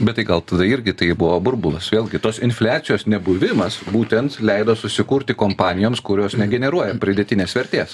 bet tai gal tada irgi tai buvo burbulas vėlgi tos infliacijos nebuvimas būtent leido susikurti kompanijoms kurios negeneruoja pridėtinės vertės nuo vėlgi jeigu vadinti aišku pridėtinę